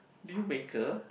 deal maker